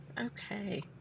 Okay